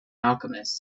alchemist